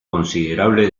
considerable